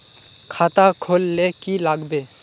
खाता खोल ले की लागबे?